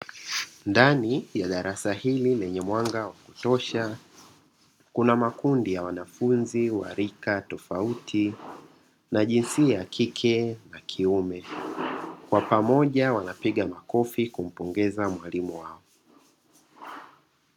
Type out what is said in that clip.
Ndani ya darasa hili lenye mwanga wa kutosha, kuna makundi ya wanafunzi wa rika tofauti na jinsia ya kike na kiume, kwa pamoja wanapiga makofi kumpongeza mwalimu wao.